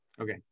Okay